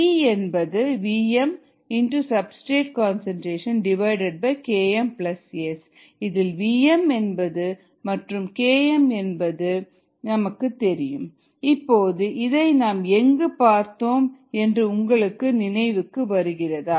we என்பது vmSKmS இதில் vm என்பது மற்றும் km என்பது k2k3k1 vmk3Et vvmSKmS இதில் vmk3Et Km k2k3k1 இப்போது இதை நாம் எங்கு பார்த்தோம் என்று உங்களுக்கு நினைவுக்கு வருகிறதா